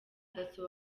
dasso